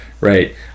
right